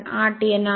8 n आहे